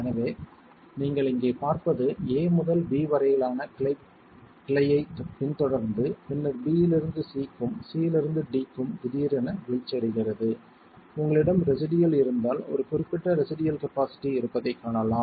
எனவே நீங்கள் இங்கே பார்ப்பது a முதல் b வரையிலான கிளையைப் பின்தொடர்ந்து பின்னர் b இலிருந்து c க்கும் c இலிருந்து d க்கும் திடீரென வீழ்ச்சியடைகிறது உங்களிடம் ரெசிடுயல் இருந்தால் ஒரு குறிப்பிட்ட ரெசிடுயல் கபாஸிட்டி இருப்பதைக் காணலாம்